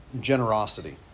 Generosity